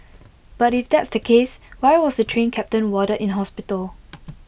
but if that's the case why was the Train Captain warded in hospital